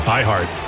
iHeart